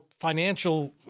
financial